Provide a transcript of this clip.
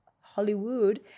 hollywood